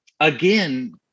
again